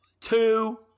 two